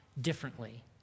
differently